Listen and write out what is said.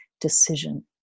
decision